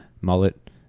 Mullet